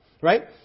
right